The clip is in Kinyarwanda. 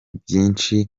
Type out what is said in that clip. byinshi